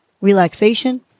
relaxation